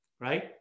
right